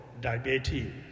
diabetes